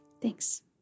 Thanks